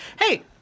Hey